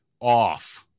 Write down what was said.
off